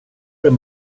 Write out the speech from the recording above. den